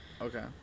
Okay